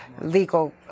legal